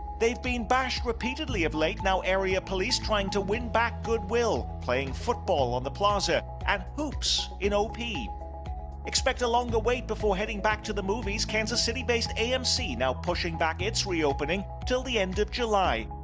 they've been bashed repeatedly of late. now area police trying to win back goodwill, playing football on the plaza and hoops in ah op. expect a longer wait before heading back to the movies. kansas city based amc now pushing back its reopening till the end of july.